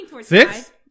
Six